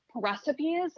recipes